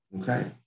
Okay